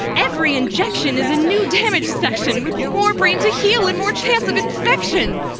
every injectionis a new damaged sectionwith more brain to healand more chance of infection.